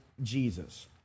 Jesus